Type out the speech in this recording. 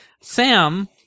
Sam